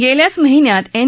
गेल्याच महिन्यात एन